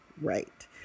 Right